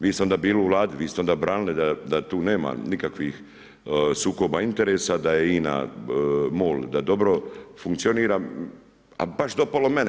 Vi ste onda bili u Vladi, vi ste onda branili da tu nema nikakvih sukoba interesa, da je INA-mol, da dobro funkcionira, a baš zapalo mene.